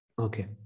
Okay